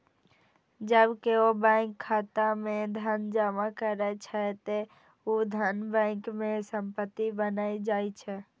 जब केओ बैंक खाता मे धन जमा करै छै, ते ऊ धन बैंक के संपत्ति बनि जाइ छै